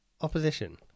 opposition